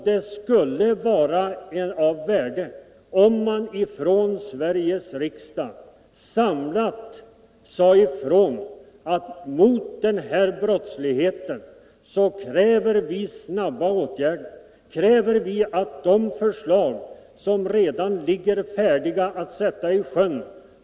Det skulle vara av värde, om Sveriges riksdag samlat sade ifrån att vi kräver snabba tag mot den organiserade brottsligheten och att man skall genomföra de åtgärder som redan är satta i sjön.